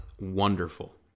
wonderful